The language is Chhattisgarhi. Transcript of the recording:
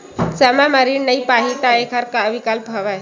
समय म ऋण नइ हो पाहि त एखर का विकल्प हवय?